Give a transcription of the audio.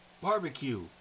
barbecue